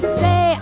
say